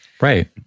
right